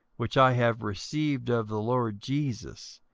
which i have received of the lord jesus,